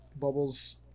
Bubbles